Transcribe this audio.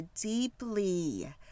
deeply